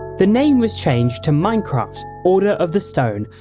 the name was changed to minecraft order of the stone,